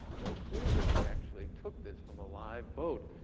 no clue that he actually took this from a live boat.